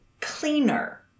cleaner